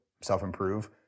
self-improve